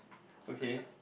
okay